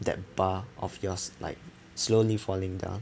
that bar of yours like slowly falling down